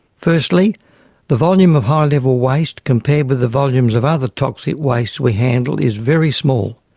firstly the volume of high level waste compared with the volumes of other toxic waste we handle is very small.